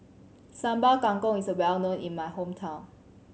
Sambal Kangkong is well known in my hometown